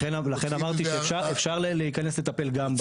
לכן אמרתי, אפשר להיכנס לטפל גם בהם.